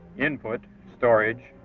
input, storage,